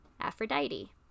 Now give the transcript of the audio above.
Aphrodite